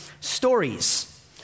stories